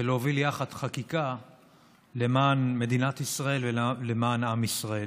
ולהוביל יחד חקיקה למען מדינת ישראל ולמען עם ישראל.